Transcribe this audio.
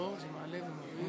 כפתור, מעלה ומוריד.